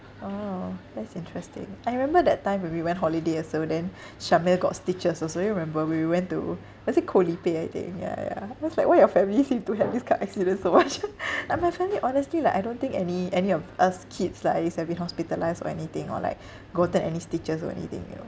orh that's interesting I remember that time when we went holiday also then shamil got stitches also do you remember when we went to was it koh lipe I think ya ya I was like why your family seem to have these kind of accidents so much like my family honestly like I don't think any any of us kids lah used to have been hospitalised or anything or like gotten any stitches or anything you know